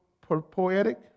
poetic